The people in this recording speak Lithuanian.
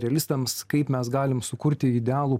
realistams kaip mes galim sukurti idealų